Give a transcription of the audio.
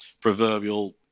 proverbial